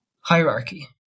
hierarchy